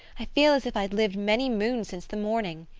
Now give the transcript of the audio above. i feel as if i'd lived many moons since the morning.